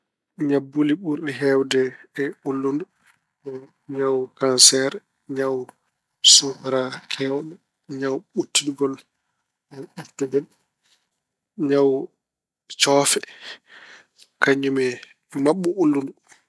Ñabbuuli ɓuri heewde e ulludu ko ñawu kanseer, ñawu suukara keewɗo, ñawu ɓuttidgol ɓurtungol, ñawu coofe kañum e maɓɓo ulludu.